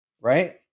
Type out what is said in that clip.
right